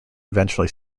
eventually